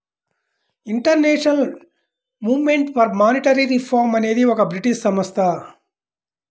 international movement for monetary reform అనేది ఒక British సంస్థ